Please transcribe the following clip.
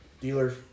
Dealer